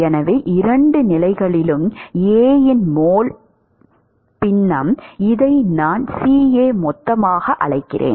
எனவே இரண்டு நிலைகளிலும் A இன் மோல் பின்னம் இதை நான் C A மொத்தமாக அழைக்கிறேன்